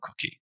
cookie